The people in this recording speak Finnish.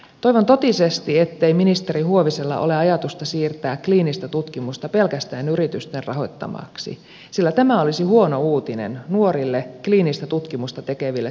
toivon totisesti ettei ministeri huovisella ole ajatusta siirtää kliinistä tutkimusta pelkästään yritysten rahoittamaksi sillä tämä olisi huono uutinen nuorille kliinistä tutkimusta tekeville terveydenhuollon ammattilaisille